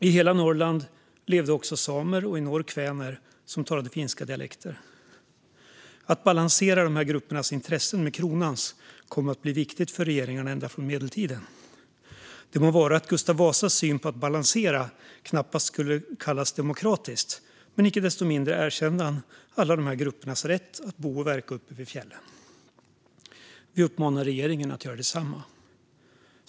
I hela Norrland levde även samer och i norr kväner som talade finska dialekter. Att balansera de här gruppernas intressen med kronans kom att bli viktigt för regeringarna ända från medeltiden. Det må vara att Gustav Vasas syn på att balansera knappast skulle kallas demokratiskt, men icke desto mindre erkände han alla de här gruppernas rätt att bo och verka uppe vid fjällen. Vi uppmanar regeringen att göra detsamma.